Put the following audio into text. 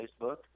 Facebook